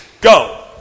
Go